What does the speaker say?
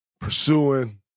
pursuing